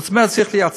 זאת אומרת, צריך לייצר.